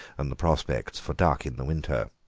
and the prospects for duck in the winter.